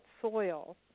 soil